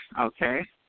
okay